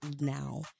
now